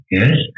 yes